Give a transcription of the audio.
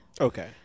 Okay